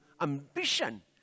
ambition